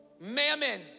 Mammon